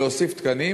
להוסיף תקנים,